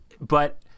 but-